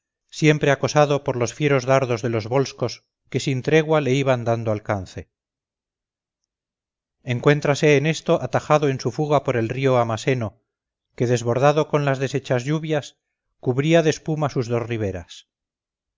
siempre acosado por los fieros dardos de los volscos que sin tregua le iban dando alcance encuéntrase en esto atajado en su fuga por el río amaseno que desbordado con las deshechas lluvias cubría de espuma sus dos riberas